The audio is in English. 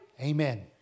Amen